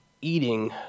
eating